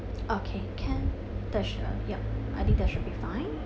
okay can that should yup I think that should be fine